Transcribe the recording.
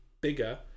bigger